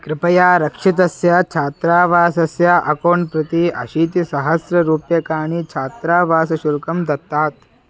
कृपया रक्षितस्य छात्रावासस्य अकौण्ट् प्रति अशीतिसहस्ररूप्यकाणि छात्रावासशुल्कं दत्तात्